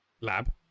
lab